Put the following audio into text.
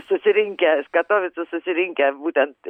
susirinkę katovicų susirinkę būtent